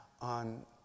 on